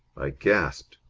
i gasped.